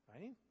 right